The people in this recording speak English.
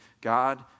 God